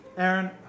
Aaron